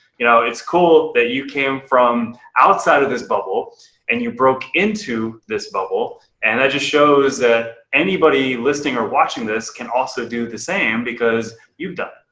you know, it's cool that you came from outside of this bubble and you broke into this bubble and that just shows ah anybody listening or watching this can also do the same because you've done